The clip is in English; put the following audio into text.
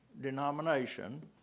denomination